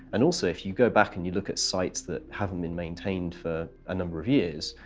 and also, if you go back and you look at sites that haven't been maintained for a number of years,